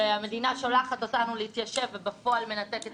שהמדינה שולחת אותנו להתיישב ובפועל מנתקת